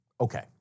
Okay